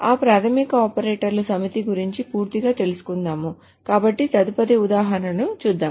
ఆ ప్రాథమిక ఆపరేటర్ల సమితి గురించి పూర్తిగా తెలుసుకున్నాము కాబట్టి తదుపరి ఉదాహరణలను చూద్దాము